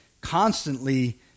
constantly